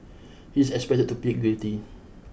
he is expected to plead guilty